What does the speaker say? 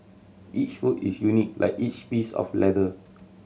each foot is unique like each piece of leather